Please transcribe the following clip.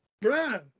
bro